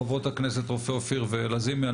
חברות הכנסת רופא אופיר ולזימי.